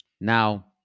Now